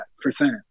percent